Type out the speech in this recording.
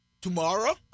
tomorrow